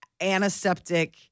antiseptic